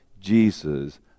Jesus